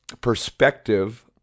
perspective